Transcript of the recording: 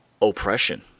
oppression